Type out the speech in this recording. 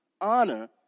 honor